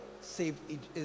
saved